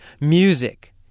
music